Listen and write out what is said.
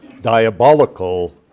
Diabolical